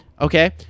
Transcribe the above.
okay